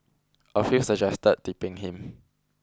a few suggested tipping him